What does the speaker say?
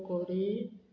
कोरीम